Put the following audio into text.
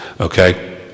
okay